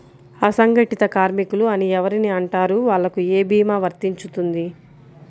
అసంగటిత కార్మికులు అని ఎవరిని అంటారు? వాళ్లకు ఏ భీమా వర్తించుతుంది?